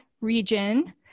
region